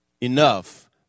enough